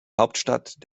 hauptstadt